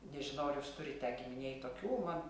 nežinau ar jūs turite giminėj tokių man